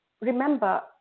remember